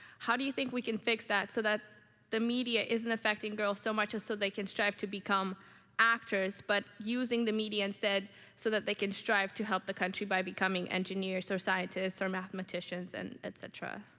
how do you think we can fix that so that the media isn't affecting girls so much as so they can strive to become actors, but using the media instead so that they can strive to help the country by becoming engineers, or scientists, or mathematicians, and et cetera?